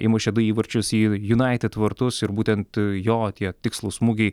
įmušė du įvarčius į junaitid vartus ir būtent jo tie tikslūs smūgiai